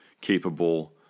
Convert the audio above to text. capable